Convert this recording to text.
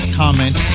comment